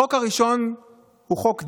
החוק הראשון הוא חוק דרעי.